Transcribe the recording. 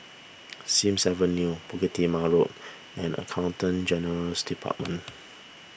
Sims Avenue Bukit Timah Road and Accountant General's Department